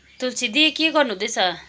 तुलसी दिदी के गर्नु हुँदैछ